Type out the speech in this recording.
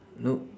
nope